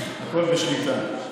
הכול בשליטה.